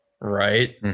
right